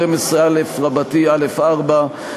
12א(א)(4),